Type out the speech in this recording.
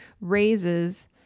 raises